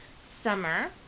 summer